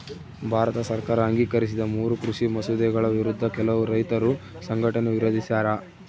ಭಾರತ ಸರ್ಕಾರ ಅಂಗೀಕರಿಸಿದ ಮೂರೂ ಕೃಷಿ ಮಸೂದೆಗಳ ವಿರುದ್ಧ ಕೆಲವು ರೈತ ಸಂಘಟನೆ ವಿರೋಧಿಸ್ಯಾರ